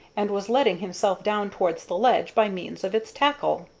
and was letting himself down towards the ledge by means of its tackle.